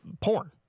porn